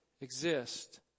exist